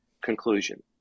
conclusion